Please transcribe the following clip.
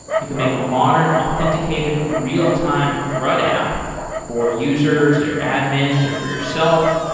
you can make a modern authenticated real-time crud app for users, their admins or for yourself.